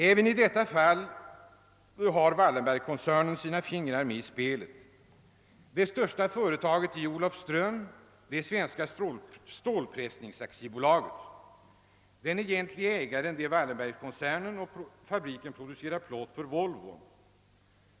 Även i det fallet har Wallenbergkoncernen sina fingrar med i spelet. Det största företaget i Olofström är Svenska Stålpressnings AB och företagets egentlige ägare är Wallenbergkoncernen. Fabriken producerar plåt för Volvo.